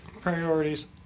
Priorities